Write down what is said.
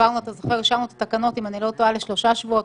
כשאישרנו את התקנות לשלושה שבועות,